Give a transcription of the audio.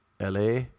LA